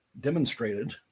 demonstrated